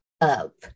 up